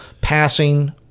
passing